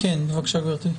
בבקשה, גברתי.